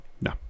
No